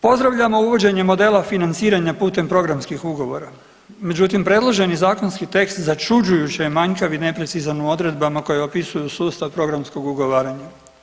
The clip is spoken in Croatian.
Pozdravljamo uvođenje modela financiranja putem programskih ugovora, međutim predloženi zakonski tekst začuđujuće je manjkav i neprecizan u odredbama koje opisuju sustav programskog ugovaranja.